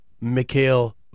mikhail